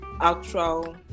actual